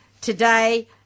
today